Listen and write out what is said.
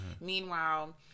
Meanwhile